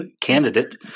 candidate